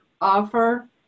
offer